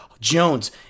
Jones